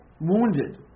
wounded